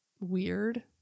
weird